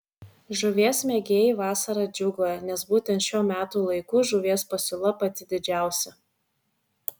žuvies mėgėjai vasarą džiūgauja nes būtent šiuo metų laiku žuvies pasiūla pati didžiausia